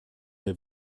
der